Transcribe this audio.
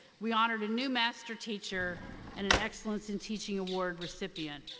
we honored a new master teacher and an excellence in teaching award recipient.